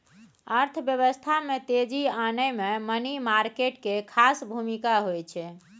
अर्थव्यवस्था में तेजी आनय मे मनी मार्केट केर खास भूमिका होइ छै